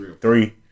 three